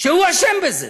שהוא אשם בזה.